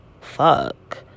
fuck